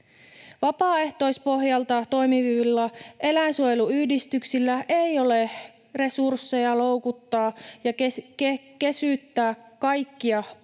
Vapaaehtoispohjalta toimivilla eläinsuojeluyhdistyksillä ei ole resursseja loukuttaa ja kesyttää kaikkia puolivillejä